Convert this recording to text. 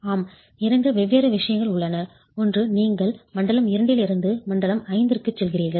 ஆம் இரண்டு வெவ்வேறு விஷயங்கள் உள்ளன ஒன்று நீங்கள் மண்டலம் II இலிருந்து மண்டலம் V க்கு செல்கிறீர்கள்